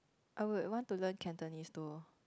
I would want to learn Cantonese though